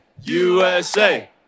USA